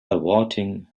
averting